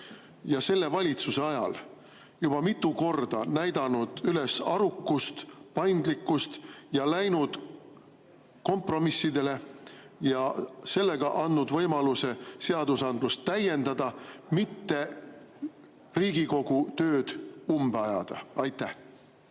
ja selle valitsuse ajal juba mitu korda näidanud üles arukust, paindlikkust ja läinud kompromissidele ning sellega andnud võimaluse seadusandlust täiendada, mitte ei ole Riigikogu tööd umbe ajanud. Aitäh!